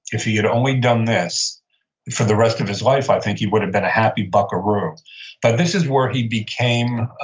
if he had only done this for the rest of his life, i think he would've been a happy buckaroo but this is where he became ah